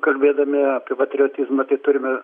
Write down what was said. kalbėdami apie patriotizmą tai turime